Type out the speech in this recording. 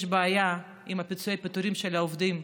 יש בעיה עם פיצויי הפיטורין של העובדים,